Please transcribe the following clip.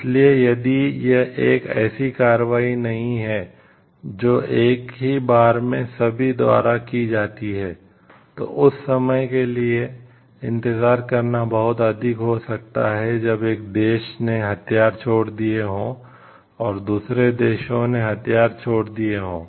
इसलिए यदि यह एक ऐसी कार्रवाई नहीं है जो एक ही बार में सभी द्वारा की जाती है तो उस समय के लिए इंतजार करना बहुत अधिक हो सकता है जब एक देश ने हथियार छोड़ दिए हों और दूसरे देशों ने हथियार छोड़ दिए हों